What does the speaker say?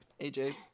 AJ